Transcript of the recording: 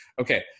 Okay